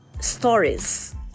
stories